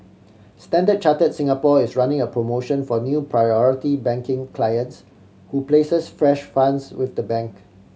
Standard Chartered Singapore is running a promotion for new Priority Banking clients who places fresh funds with the bank